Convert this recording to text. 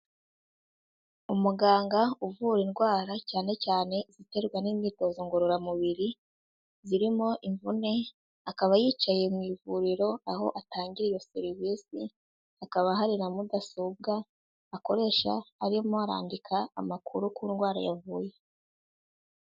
Umuganga uvura indwara cyane cyane iziterwa n'imyitozo ngororamubiri, zirimo imvune akaba yicaye mu ivuriro aho atangira iyo serivisi, hakaba hari na mudasobwa akoresha arimo arandika amakuru ku ndwara yavuye.